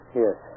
Yes